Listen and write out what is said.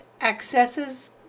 Accesses